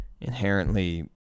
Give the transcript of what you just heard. inherently